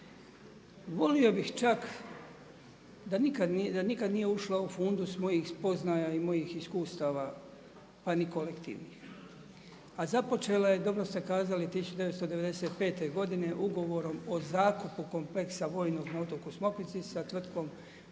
Volio bih čak da nikada nije ušla u fundus mojih spoznaja i mojih iskustava pa ni kolektivnih, a započela je dobro ste kazali 1995. godine ugovorom o zakupu kompleksa vojnog na otoku Smokvici sa Tvrtkom